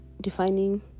defining